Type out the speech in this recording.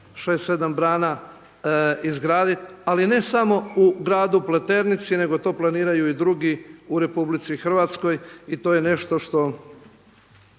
7 brana izgraditi ali ne samo u Gradu Pleternici nego to planiraju i drugi u RH. I to je nešto što